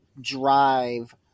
drive